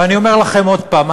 ואני אומר לכם עוד פעם,